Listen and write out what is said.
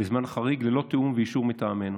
בזמן חריג וללא תיאום ואישור מטעמנו.